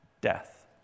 death